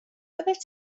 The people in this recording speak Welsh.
byddet